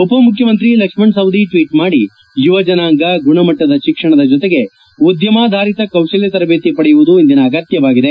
ಉಪ ಮುಖ್ಯಮಂತ್ರಿ ಲಕ್ಷ್ಮಣ ಸವದಿ ಟ್ವೀಟ್ ಮಾಡಿ ಯುವಜನಾಂಗ ಗುಣಮಟ್ಟದ ತಿಕ್ಷಣದ ಜೊತೆಗೆ ಉದ್ದಮಾಧಾರಿತ ಕೌಶಲ್ಯ ತರಬೇತಿ ಪಡೆಯುವುದು ಇಂದಿನ ಅಗತ್ಯವಾಗಿದೆ